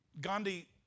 Gandhi